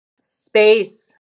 space